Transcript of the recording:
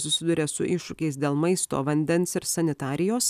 susiduria su iššūkiais dėl maisto vandens ir sanitarijos